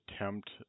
attempt